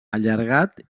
allargat